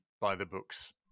by-the-books